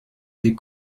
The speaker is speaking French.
des